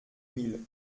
mille